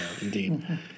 indeed